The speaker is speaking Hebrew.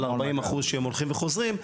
על 40 אחוזים שהולכים וחוזרים.